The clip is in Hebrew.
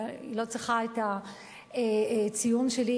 והיא לא צריכה ציון שלי,